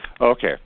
Okay